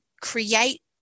create